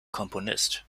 komponist